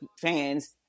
fans